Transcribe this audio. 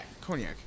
cognac